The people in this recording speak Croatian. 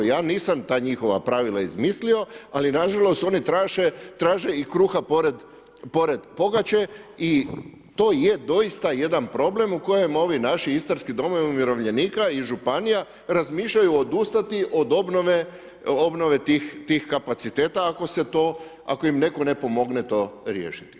Ja nisam ta njihova pravila izmislio ali nažalost oni traže i kruha pored pogače i to je doista jedan problem u kojem ovi naši istarski domovi umirovljenika i županija razmišljaju odustati od obnove tih kapaciteta ako se to, ako im netko ne pomogne to riješiti.